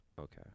okay